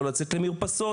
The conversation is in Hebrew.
לא לצאת למרפסות.